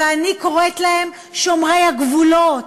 ואני קוראת להם שומרי הגבולות,